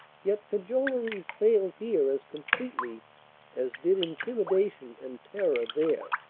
yet cajoleries failed here as completely as did intimidation and terror there.